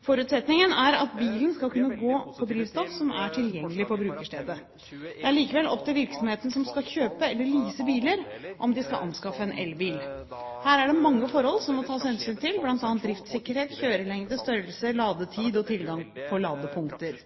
Forutsetningen er at bilen skal kunne gå på drivstoff som er tilgjengelig på brukerstedet. Det er likevel opp til virksomheten som skal kjøpe eller lease biler, om de skal anskaffe en elbil. Her er det mange forhold som må tas hensyn til, bl.a. driftssikkerhet, kjørelengde, størrelse, ladetid og tilgang på ladepunkter.